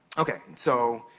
okay, so,